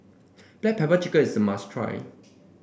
Black Pepper Chicken is a must try